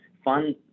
fund